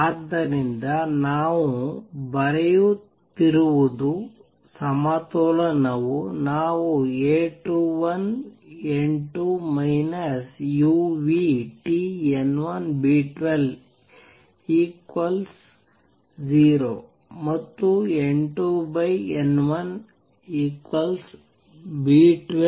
ಆದ್ದರಿಂದ ನಾವು ಬರೆಯುತ್ತಿರುವದ್ದು ಸಮತೋಲನವು ನಾವು A21N2 uTN1B120 ಮತ್ತು N2N1B12uTA21